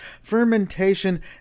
Fermentation